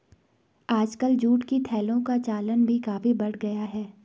आजकल जूट के थैलों का चलन भी काफी बढ़ गया है